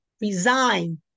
resign